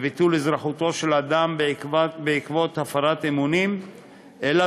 לביטול אזרחותו של אדם בעקבות הפרת אמונים אלא